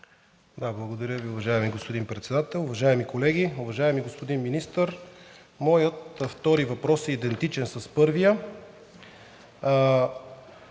Благодаря Ви. Уважаеми господин Председател, уважаеми колеги, уважаеми господин Министър! Моят втори въпрос е идентичен с първия.